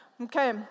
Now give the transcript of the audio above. Okay